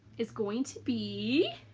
is going to be